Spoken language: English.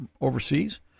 overseas